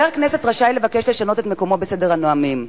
"חבר הכנסת רשאי לבקש לשנות את מקומו בסדר הנואמים.